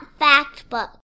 Factbook